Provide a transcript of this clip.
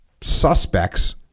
suspects